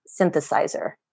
synthesizer